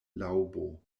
laŭbo